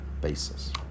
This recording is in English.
basis